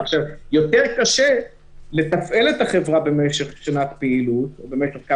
יותר קשה לתפעל את החברה במשך שנת פעילות או במשך מספר